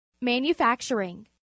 Manufacturing